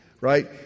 right